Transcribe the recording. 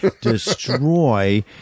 destroy